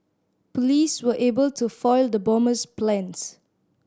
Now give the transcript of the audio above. police were able to foil the bomber's plans